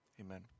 Amen